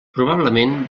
probablement